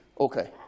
okay